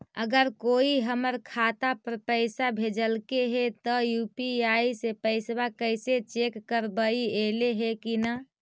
अगर कोइ हमर खाता पर पैसा भेजलके हे त यु.पी.आई से पैसबा कैसे चेक करबइ ऐले हे कि न?